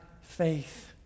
faith